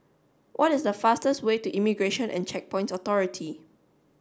what is the fastest way to Immigration and Checkpoints Authority